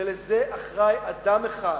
ולזה אחראי אדם אחד,